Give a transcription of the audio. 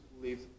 leave